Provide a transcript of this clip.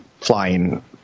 flying